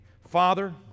Father